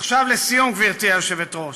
עכשיו לסיום, גברתי היושבת-ראש,